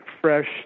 fresh